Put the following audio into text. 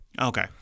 Okay